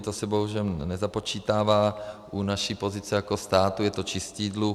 I to se bohužel nezapočítává, u naší pozice jako státu je to čistý dluh.